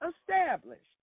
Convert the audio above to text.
established